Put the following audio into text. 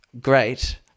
great